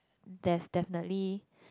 there's definitely